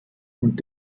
und